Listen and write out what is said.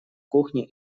кухне